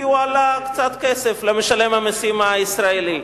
כי הוא עלה קצת כסף למשלם המסים הישראלי.